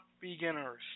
beginners